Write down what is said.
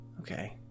Okay